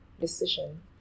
decision